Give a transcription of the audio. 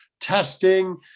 testing